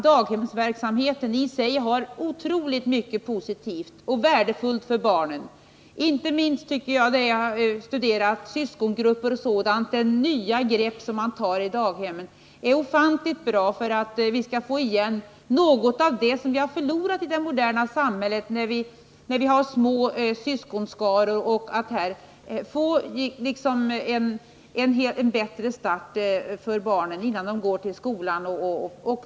Daghemsverksamheten har i sig mycket positivt och värdefullt för barnen. Inte minst tycker jag att syskongrupper och andra nya grepp som man tar i daghemmen är ofantligt bra. Vi måste få tillbaka något av det som vi har förlorat i det moderna samhällets små syskonskaror, liksom det gäller att bättre förbereda barnen för skolan.